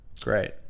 great